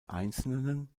einzelnen